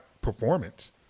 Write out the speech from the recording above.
performance